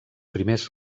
primers